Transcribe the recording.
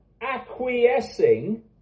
Acquiescing